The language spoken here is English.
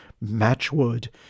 Matchwood